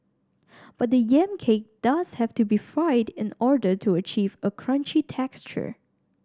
but the yam cake does have to be fried in order to achieve a crunchy texture